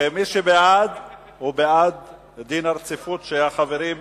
ומי שבעד הוא בעד דין הרציפות שהחברים,